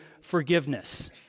forgiveness